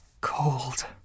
cold